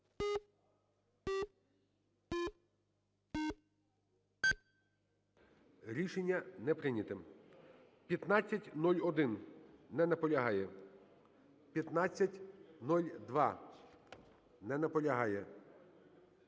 Рішення не прийнято. 1501. Не наполягає. 1502. Не наполягає.